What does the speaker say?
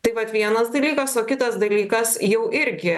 tai vat vienas dalykas o kitas dalykas jau irgi